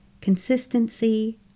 consistency